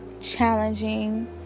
challenging